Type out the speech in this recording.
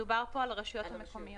מדובר פה על הרשויות המקומיות.